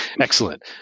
Excellent